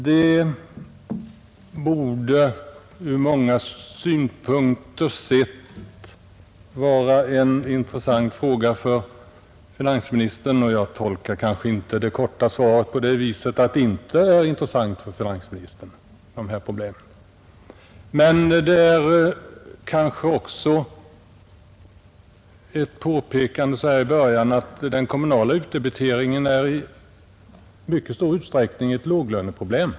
Detta borde ur många synpunkter sett vara en intressant fråga för finansministern — och jag tolkar inte det korta svaret på det viset att de här problemen inte intresserar finansministern. Till en början kanske det bör påpekas att den kommunala utdebiteringen i mycket stor utsträckning är ett låglöneproblem.